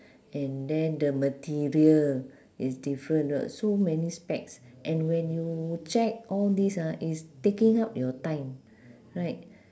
and then the material is different so many specs and when you check all these ah it's taking up your time right